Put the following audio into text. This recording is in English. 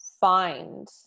find